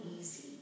easy